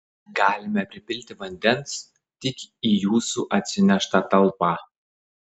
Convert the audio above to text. galime pripilti vandens tik į jūsų atsineštą talpą